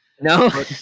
No